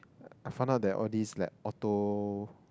I found out that all these like auto